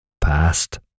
past